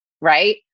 right